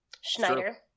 Schneider